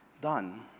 done